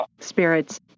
Spirits